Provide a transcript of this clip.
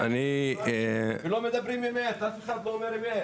כי הרכב נשרף לא הרחק משם,